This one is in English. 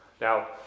Now